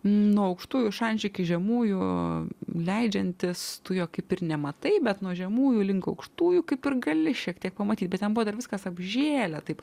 nuo aukštųjų šančių iki žemųjų leidžiantis tu jo kaip ir nematai bet nuo žemųjų link aukštųjų kaip ir gali šiek tiek pamatyt bet ten dar viskas apžėlę taip